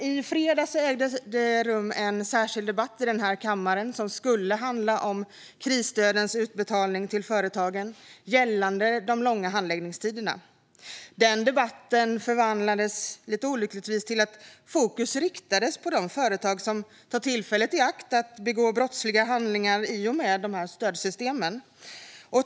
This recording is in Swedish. I fredags ägde en särskild debatt rum i kammaren som skulle handla om de långa handläggningstiderna för utbetalning av krisstöd till företag. Den debatten förvandlades olyckligtvis till att fokus riktades mot de företag som tar tillfället i akt att begå brottsliga handlingar i och med att stödsystemen finns.